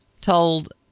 told